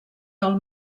del